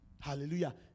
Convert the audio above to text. Hallelujah